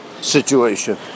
situation